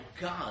God